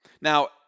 Now